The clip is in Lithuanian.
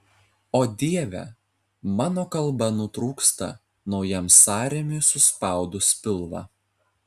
o dieve mano kalba nutrūksta naujam sąrėmiui suspaudus pilvą